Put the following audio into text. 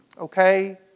Okay